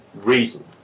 reason